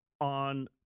on